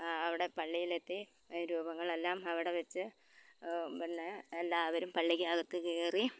ആ അവിടെ പള്ളിയിലെത്തി രൂപങ്ങളെല്ലാം അവിടെ വച്ച് പിന്നെ എല്ലാവരും പള്ളിക്കകത്ത് കയറി